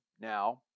now